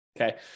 okay